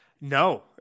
No